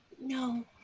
No